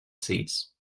seats